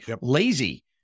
lazy